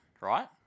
right